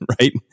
right